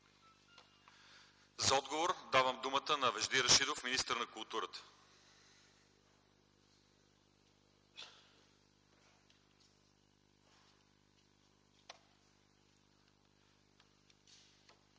За отговор давам думата на Вежди Рашидов – министър на културата.